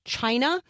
China